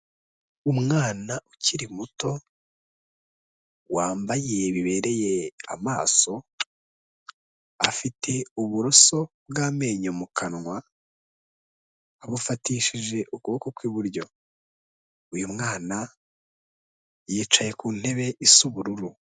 Umwana ukiri muto wambaye bibereye amaso afite uburoso bw'amenyo mu kanwa, abufatishije ukuboko kw'iburyo, uyu mwana yicaye ku ntebe isa ubururu.